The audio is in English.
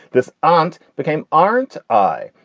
this aunt became, aren't i?